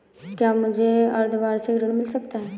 क्या मुझे अर्धवार्षिक ऋण मिल सकता है?